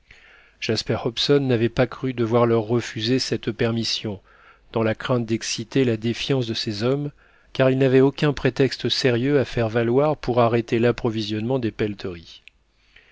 jasper hobson n'avait pas cru devoir leur refuser cette permission dans la crainte d'exciter la défiance de ses hommes car il n'avait aucun prétexte sérieux à faire valoir pour arrêter l'approvisionnement des pelleteries